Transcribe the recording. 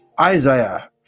Isaiah